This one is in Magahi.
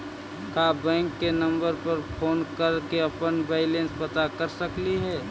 का बैंक के नंबर पर फोन कर के अपन बैलेंस पता कर सकली हे?